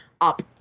up